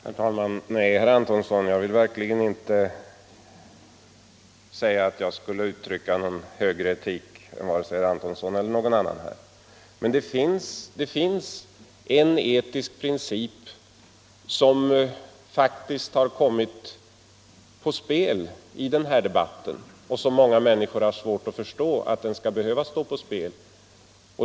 Herr talman! Nej, herr Antonsson, jag vill verkligen inte säga att jag uttrycker någon högre etik än vare sig herr Antonsson eller någon annan i denna kammare. Men det finns en etisk princip som faktiskt har kommit att stå på spel i den här debatten, och många människor har svårt att förstå att den skall behöva stå på spel.